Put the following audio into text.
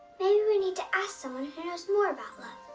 maybe we need to ask someone who knows more about love.